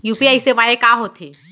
UPI सेवाएं का होथे